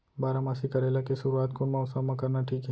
बारामासी करेला के शुरुवात कोन मौसम मा करना ठीक हे?